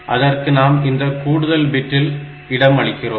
அதற்கு நாம் இந்த கூடுதல் பிட்டில் இடம் அளிக்கிறோம்